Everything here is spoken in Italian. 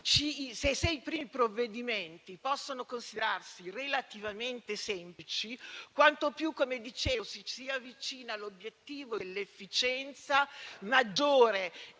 Se i primi provvedimenti possono considerarsi relativamente semplici, quanto più ci si avvicina all'obiettivo dell'efficienza, maggiore